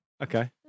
Okay